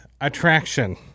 attraction